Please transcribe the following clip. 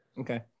Okay